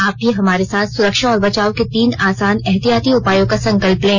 आप भी हमारे साथ सुरक्षा और बचाव के तीन आसान एहतियाती उपायों का संकल्प लें